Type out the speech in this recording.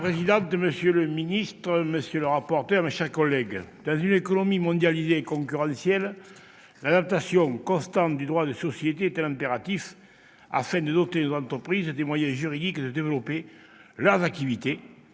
Madame la présidente, monsieur le ministre, monsieur le rapporteur, mes chers collègues, dans une économie mondialisée et concurrentielle, l'adaptation constante du droit des sociétés est un impératif, afin de doter nos entreprises des moyens juridiques de développer leurs activités